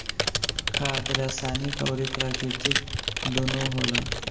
खाद रासायनिक अउर प्राकृतिक दूनो होला